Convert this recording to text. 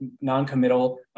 non-committal